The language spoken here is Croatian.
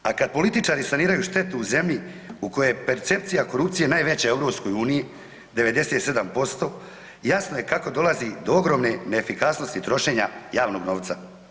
A kad političari saniraju štetu u zemlju u kojoj je percepcija korupcije najveća u EU, 97%, jasno je kako dolazi do ogromne neefikasnosti trošenja javnog novca.